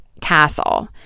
castle